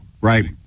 Right